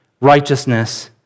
righteousness